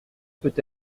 peut